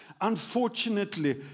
Unfortunately